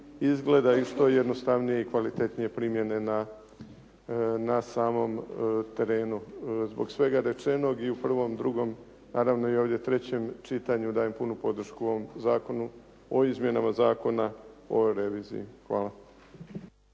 izgleda i što jednostavnije i kvalitetnije primjene na samom terenu. Zbog svega rečenog i u prvom i u drugom, naravno i ovdje trećem čitanju dajem punu podršku ovom zakonu o izmjenama i dopunama Zakona o reviziji. Hvala.